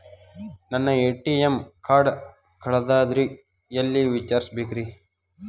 ನನ್ನ ATM card ಕಳದದ್ರಿ ಎಲ್ಲಿ ವಿಚಾರಿಸ್ಬೇಕ್ರಿ?